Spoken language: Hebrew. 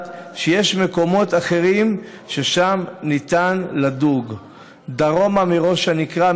לדעת שיש מקומות אחרים ששם ניתן לדוג דרומה מראש הנקרה,